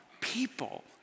people